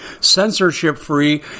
censorship-free